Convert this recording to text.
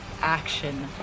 action